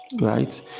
right